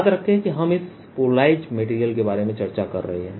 याद रखें कि हम इस पोलराइज़ मेटेरियल के बारे में चर्चा कर रहे हैं